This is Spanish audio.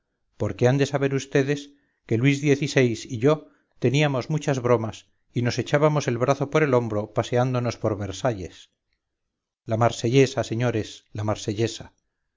amigo porque han de saber vds que luis xvi y yo teníamos muchas bromas y nos echábamos el brazo por el hombro paseándonos por versalles la marsellesa señores la marsellesa